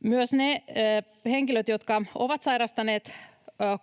niillä henkilöillä, jotka ovat sairastaneet